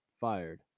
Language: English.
fired